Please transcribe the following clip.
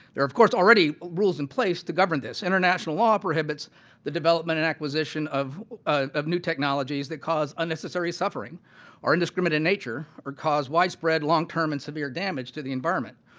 there are of course rules in place to govern this. international law prohibits the development and acquisition of ah of new technologies that cause unnecessary suffering or indiscriminate nature or cause widespread long-term and severe damage to the environment.